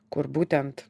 kur būtent